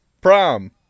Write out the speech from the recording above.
prom